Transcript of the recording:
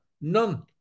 None